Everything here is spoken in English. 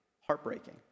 heartbreaking